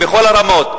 בכל הרמות,